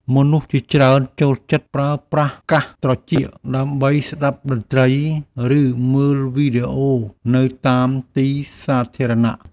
មនុស្សជាច្រើនចូលចិត្តប្រើប្រាស់កាសត្រចៀក ដើម្បីស្តាប់តន្ត្រី ឬមើលវីដេអូនៅតាមទីសាធារណៈ។